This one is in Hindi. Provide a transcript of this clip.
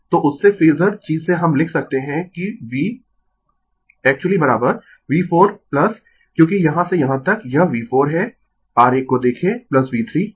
तो उससे फेजर चीज से हम लिख सकते है कि Vactually V4 क्योंकि यहां से यहां तक यह V4 है आरेख को देखें V3